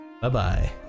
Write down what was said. Bye-bye